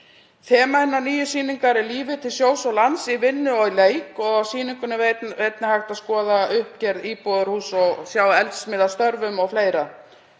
Þema hinnar nýju sýningar er lífið til sjós og lands í vinnu og leik. Á sýningunni er einnig hægt að skoða uppgerð íbúðarhús og sjá eldsmið að störfum o.fl.